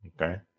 Okay